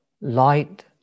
light